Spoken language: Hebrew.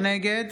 נגד